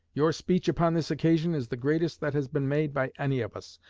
your speech upon this occasion is the greatest that has been made by any of us,